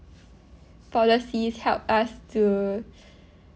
policy help us to